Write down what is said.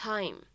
Time